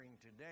today